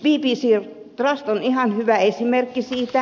bbc trust on ihan hyvä esimerkki siitä